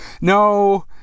no